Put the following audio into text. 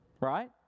Right